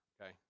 Okay